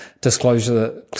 disclosure